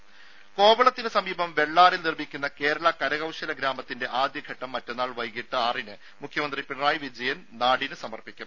ദ്ദേ കോവളത്തിനു സമീപം വെള്ളാറിൽ നിർമ്മിക്കുന്ന കേരള കരകൌശല കലാ ഗ്രാമത്തിന്റെ ആദ്യ ഘട്ടം മറ്റന്നാൾ വൈകിട്ട് ആറിന് മുഖ്യമന്ത്രി പിണറായി വിജയൻ നാടിനു സമർപ്പിക്കും